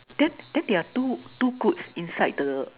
then then their two two goods inside the